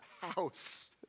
house